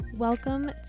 Welcome